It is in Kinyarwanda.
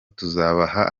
tuzabaha